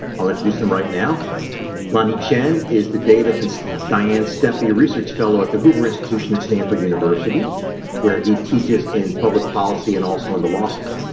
i'll introduce them right now lani chen is the david and diane steffy research fellow at the hoover institution at stanford university where he teaches in public policy and also in the law school?